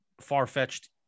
far-fetched